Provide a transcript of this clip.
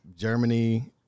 Germany